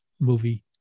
movie